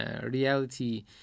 Reality